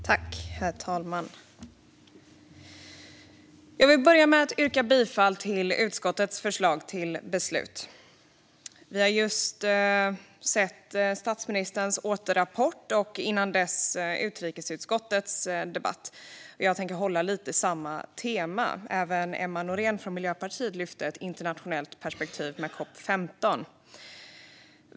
Herr talman! Jag börjar med att yrka bifall till utskottets förslag till beslut. Vi hörde just statsministerns återrapport och dessförinnan utrikesutskottets debatt. Jag tänkte hålla mig till samma tema, och även Miljöpartiets Emma Nohrén lyfte fram ett internationellt med COP 15.